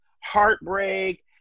Heartbreak